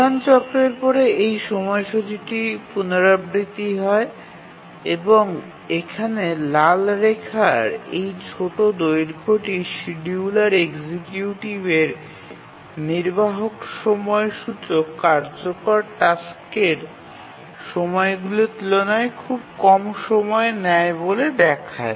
প্রধান চক্রের পরে এই সময়সূচীটি পুনরাবৃত্তি হয় এবং এখানে লাল রেখার এই ছোট দৈর্ঘ্যটি শিডিয়ুলার এক্সিকিউটিভের নির্বাহক সময় সূচক কার্যকর টাস্কের সময়গুলির তুলনায় খুব কম সময় নেয় বলে দেখায়